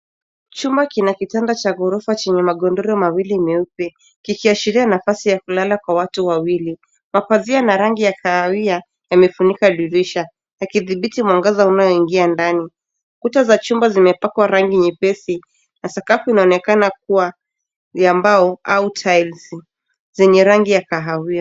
Chumba kina kitanda cha ghorofa chenye magodoro mawili meupe, kikiashiria nafasi ya kulala kwa watu wawili. Mapazia na rangi ya kahawia yamefunika dirisha, yakidhibiti mwangaza unaoingia ndani. Kuta za chumba zimepakwa rangi nyepesi na sakafu inaonekana kuwa ya mbao au tiles zenye rangi ya kahawia.